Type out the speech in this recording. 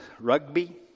rugby